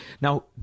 Now